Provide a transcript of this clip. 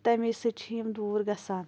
تمے سۭتۍ چھِ یِم دوٗر گَژھان